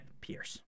Pierce